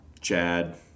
Chad